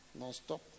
nonstop